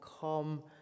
Come